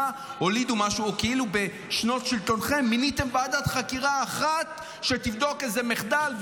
שכאילו בשנות שלטונכם מיניתם ועדת חקירה אחת שתבדוק איזה מחדל.